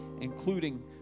including